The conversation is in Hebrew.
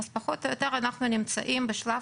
אז אנחנו נמצאים כעת בשלב,